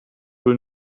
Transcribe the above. will